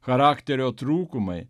charakterio trūkumai